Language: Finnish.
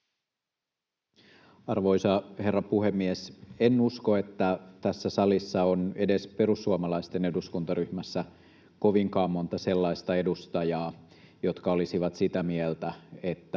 Arvoisa herra puhemies! En usko, että tässä salissa on edes perussuomalaisten eduskuntaryhmässä kovinkaan monta sellaista edustajaa, jotka olisivat sitä mieltä, että